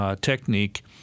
Technique